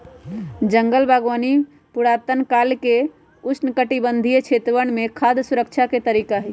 जंगल बागवानी पुरातन काल से उष्णकटिबंधीय क्षेत्रवन में खाद्य सुरक्षा के तरीका हई